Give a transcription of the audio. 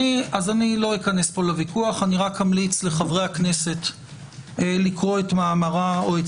אמליץ לחברי הכנסת לקרוא את מאמרה או את